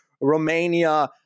Romania